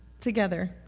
together